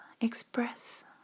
express